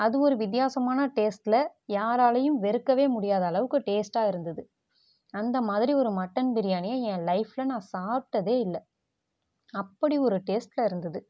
அது ஒரு வித்தியாசமான டேஸ்ட்டில் யாராலேயும் வெறுக்கவே முடியாத அளவுக்கு டேஸ்ட்டாக இருந்தது அந்த மாதிரி ஒரு மட்டன் பிரியாணியை என் லைஃப்பில் நான் சாப்பிட்டதே இல்லை அப்படி ஒரு டேஸ்ட்டில் இருந்தது